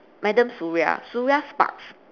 madam suria suria sparks